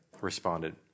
responded